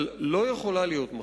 אבל לא יכולה להיות מחלוקת,